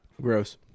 Gross